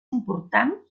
important